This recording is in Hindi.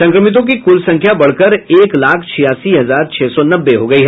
संक्रमितों की कुल संख्या बढ़कर एक लाख छियासी हजार छह सौ नब्बे हो गयी